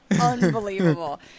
unbelievable